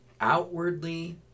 outwardly